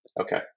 okay